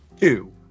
Two